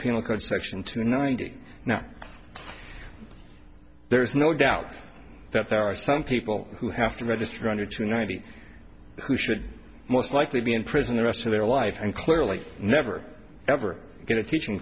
penal code section two ninety now there is no doubt that there are some people who have to register under two ninety who should most likely be in prison the rest of their life and clearly never ever going to teaching